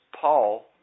Paul